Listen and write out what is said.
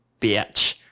bitch